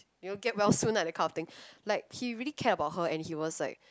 you know get well soon ah that kind of thing like he really cared about her and he was like